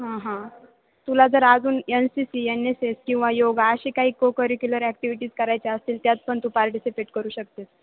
हां हां तुला जर अजून N C C N S S किंवा योग असे काही को करिक्युलर ॲक्टि्विटीज करायच्या असतील त्यात पण तू पार्टिसिपेट करू शकते